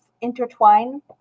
intertwine